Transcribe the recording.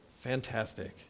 fantastic